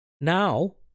Now